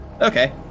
Okay